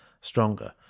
stronger